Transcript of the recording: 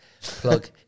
Plug